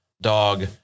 Dog